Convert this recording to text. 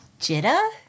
Jitta